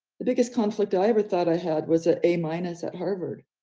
the biggest conflict i ever thought i had was an a minus at harvard.